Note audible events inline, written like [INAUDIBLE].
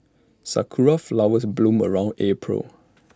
Sakura Flowers bloom around April [NOISE]